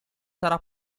sarà